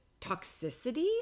toxicity